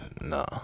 No